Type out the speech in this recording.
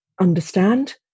understand